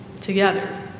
together